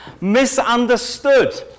misunderstood